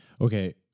Okay